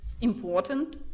important